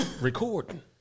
recording